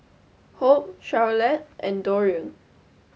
hope Charolette and Dorian